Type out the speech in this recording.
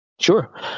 Sure